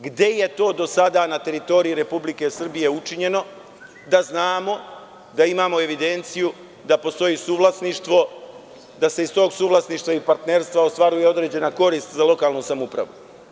Gde je to do sada na teritoriji Republike Srbije učinjeno da znamo, da imamo evidenciju da postoji suvlasništvo, da se iz tog suvlasništva i partnerstva ostvaruje određena korist za lokalnu samoupravu.